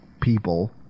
people